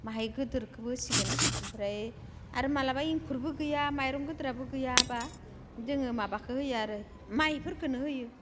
बाहाय गिदिरखौबो होसिगोन ओमफ्राय आरो माब्लाबा एंखुरबो माइरं गिदिराबो गैयाबा जोङो माबाखौ होयो आरो माइफोरखौनो होयो